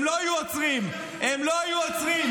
הם לא היו עוצרים, הם לא היו עוצרים.